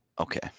Okay